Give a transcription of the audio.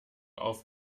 auf